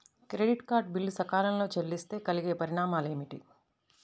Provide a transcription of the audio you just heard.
Credit card bill సకాలంలో చెల్లిస్తే కలిగే పరిణామాలేమిటి?